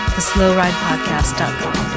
TheSlowRidePodcast.com